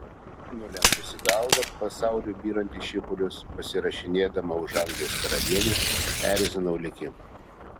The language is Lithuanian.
nulenkusi galvą pasauliui byrant į šipulius pasirašinėdama už anglijos karalienę erzinau likimą